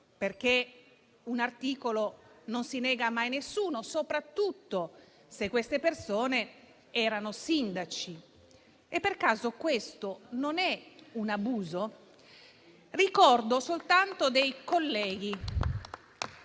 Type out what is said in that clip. perché un articolo non si nega mai a nessuno, soprattutto se queste persone erano sindaci. Per caso questo non è un abuso? Ricordo soltanto dei colleghi